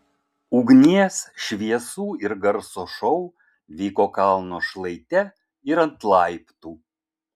ugnies šviesų ir garso šou vyko kalno šlaite ir ant laiptų